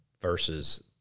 versus